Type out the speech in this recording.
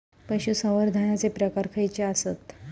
पशुसंवर्धनाचे प्रकार खयचे आसत?